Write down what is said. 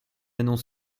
annonce